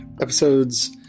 episodes